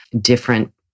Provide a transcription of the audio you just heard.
different